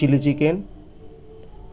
chilli chicken